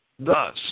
Thus